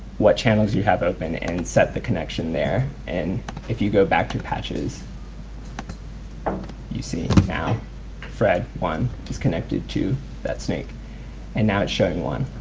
what channels you have open and set the connection there. and if you go back to patches you see now fret one is connected to that snake and now it's showing one.